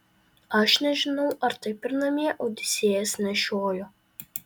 aš nežinau ar taip ir namie odisėjas nešiojo